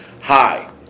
hi